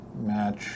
match